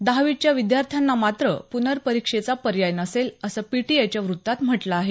दहावीच्या विद्यार्थ्यांना मात्र पुनर्परीक्षेचा पर्याय नसेल असं पीटीआयच्या वृत्तात म्हटलं आहे